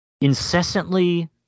incessantly